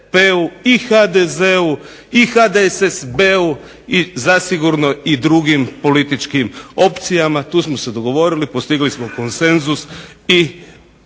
i HDZ-u i HDSSB-u i zasigurno i drugim političkim opcijama. Tu smo se dogovorili. Postigli smo konsenzus i